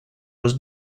was